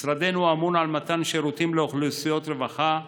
משרדנו אמון על מתן שירותים לאוכלוסיות רווחה,